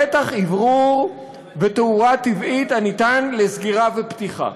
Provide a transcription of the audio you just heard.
פתח אוורור ותאורה טבעית, הניתן לסגירה ופתיחה.